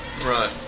Right